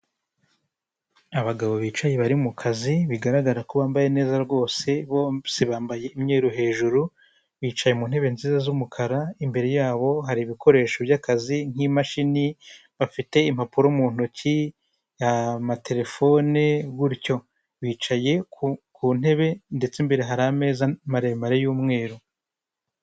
Kigali Kibagabaga hari inzu ikodeshwa ifite ibyumba bitanu. Ikodeshwa mu madolari magana abiri na mirongo ine, mu gihe kingana n'ukwezi kumwe konyine.